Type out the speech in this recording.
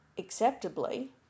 acceptably